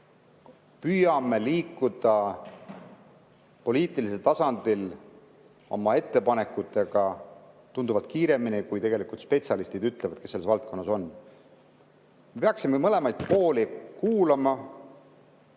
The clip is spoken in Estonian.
püüame liikuda poliitilisel tasandil oma ettepanekutega tunduvalt kiiremini, kui [soovitavad] spetsialistid, kes selles valdkonnas on. Me peaksime mõlemaid pooli kuulama